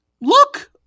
look